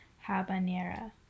Habanera